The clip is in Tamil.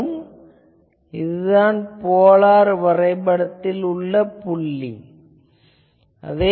ஆகவே இதுதான் போலார் வரைபடத்தில் உள்ள புள்ளி ஆகும்